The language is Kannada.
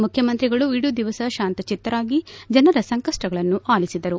ಮುಖ್ಯಮಂತ್ರಿಗಳು ಇಡೀ ದಿವಸ ಶಾಂತಚಿತ್ತರಾಗಿ ಜನರ ಸಂಕಪ್ಪಗಳನ್ನು ಆಲಿಸಿದರು